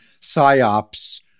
psyops